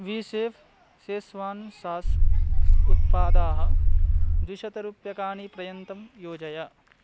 WeChef Schezwan sauce उत्पादाः द्विशतरूप्यकानि पर्यन्तं योजय